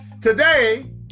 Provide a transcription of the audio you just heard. Today